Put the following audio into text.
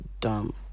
dumb